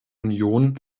union